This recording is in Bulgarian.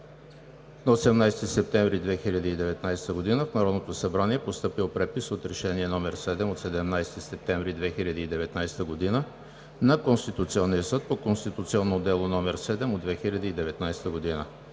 18 септември 2019 г. в Народното събрание е постъпил препис от Решение № 7 от 17 септември 2019 г. на Конституционния съд по конституционно дело № 7 от 2019 г.